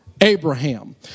abraham